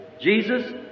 Jesus